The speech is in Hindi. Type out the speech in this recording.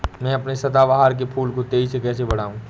मैं अपने सदाबहार के फूल को तेजी से कैसे बढाऊं?